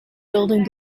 building